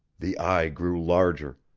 the eye grew larger.